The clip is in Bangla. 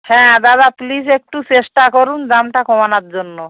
হ্যাঁ দাদা প্লিস একটু চেষ্টা করুন দামটা কমানোর জন্য